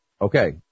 okay